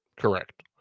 Correct